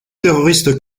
terroriste